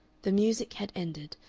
the music had ended,